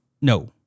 No